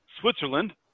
Switzerland